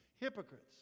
Hypocrites